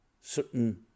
certain